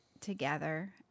together